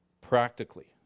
practically